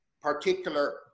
particular